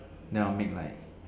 then I would make like